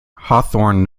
hawthorne